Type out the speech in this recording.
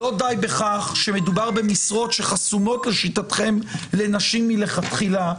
לא די בכך שמדובר במשרות שחסומות לשיטתכם לנשים מלכתחילה,